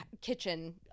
kitchen